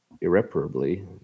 irreparably